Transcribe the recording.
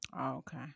Okay